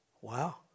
Wow